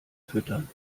füttern